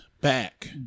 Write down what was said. back